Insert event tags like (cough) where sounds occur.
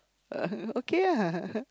uh okay ah (laughs)